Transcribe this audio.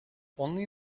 only